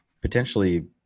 potentially